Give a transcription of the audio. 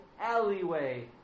alleyway